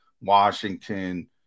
Washington